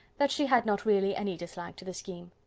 that she had not really any dislike to the scheme.